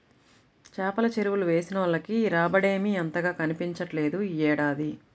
చేపల చెరువులు వేసినోళ్లకి రాబడేమీ అంతగా కనిపించట్లేదు యీ ఏడాది